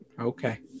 Okay